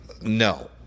no